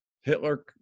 Hitler